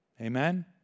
Amen